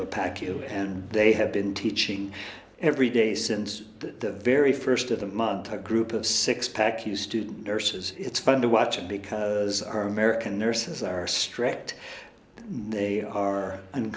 the pack you and they have been teaching every day since the very first of the month a group of six pack you student nurses it's fun to watch it because our american nurses are strict but they are